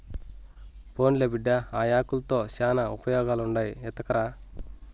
పోన్లే బిడ్డా, ఆ యాకుల్తో శానా ఉపయోగాలుండాయి ఎత్తకరా